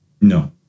No